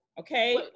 Okay